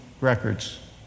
records